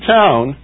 town